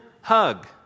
hug